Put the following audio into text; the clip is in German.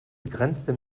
begrenzte